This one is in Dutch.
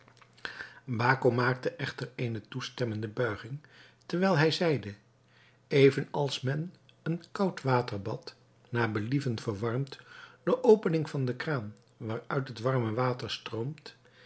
baco maakte echter eene toestemmende buiging terwijl hij zeide even als men een koudwaterbad naar believen verwarmt door opening van de kraan waaruit het warme water stroomt